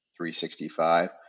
365